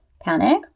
panic